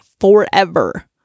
forever